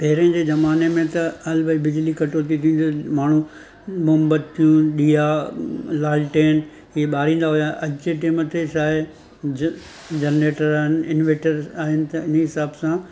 पहिरियो जे ज़माने में त हल भई बिजली कटोती थी त माण्हू मोम्बतियूं ॾीया लालटेन हे बारींदा हुआ अॼु जे टाइम ते छा आहे ज जनरेटर आहिनि इंवेटर आहिनि त इन ई हिसाब सां